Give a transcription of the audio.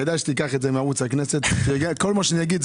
כדאי שתיקח את זה מערוץ הכנסת כי כל מה שאני אגיד,